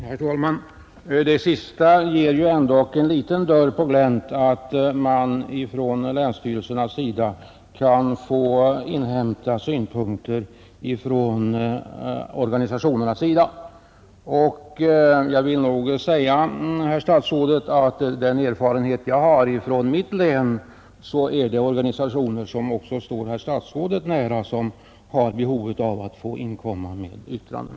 Herr talman! Det sista öppnar ju ändå en dörr på glänt och ger kanske länsstyrelserna möjlighet att inhämta synpunkter från organisationerna. Enligt den erfarenhet jag har från mitt län har också organisationer som står herr statsrådet nära behov av att inkomma med yttranden.